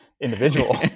individual